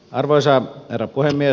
arvoisa herra puhemies